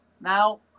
Now